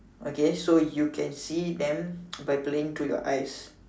okay so you can see them by playing to your eyes